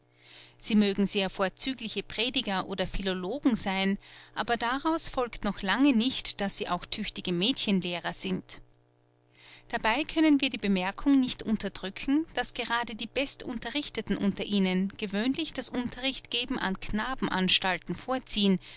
sie mögen sehr vorzügliche prediger oder philologen sein aber daraus folgt noch lange nicht daß sie auch tüchtige mädchenlehrer sind dabei können wir die bemerkung nicht unterdrücken daß gerade die bestunterrichteten unter ihnen gewöhnlich das unterrichtgeben an knabenanstalten vorziehen